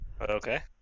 Okay